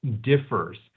differs